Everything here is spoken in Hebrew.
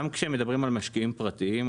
גם כשמדברים על משקיעים פרטיים,